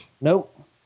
Nope